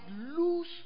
lose